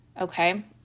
Okay